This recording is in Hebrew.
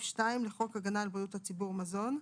2 לחוק הגנה על בריאות הציבור (מזון),